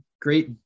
great